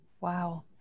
Wow